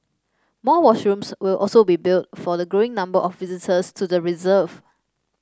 more washrooms will also be built for the growing number of visitors to the reserve